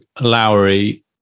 Lowry